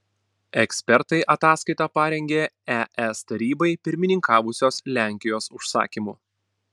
ekspertai ataskaitą parengė es tarybai pirmininkavusios lenkijos užsakymu